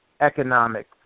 economic